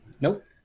Nope